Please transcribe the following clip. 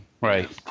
right